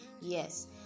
Yes